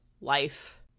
life